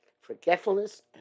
Forgetfulness